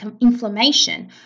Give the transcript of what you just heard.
inflammation